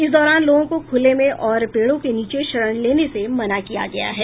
इस दौरान लोगों को खुले में और पेड़ों के नीचे शरण लेने से मना किया गया है